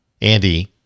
Andy